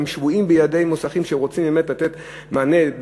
הם שבויים בידי מוסכים שרוצים באמת לתת מענה,